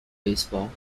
baseball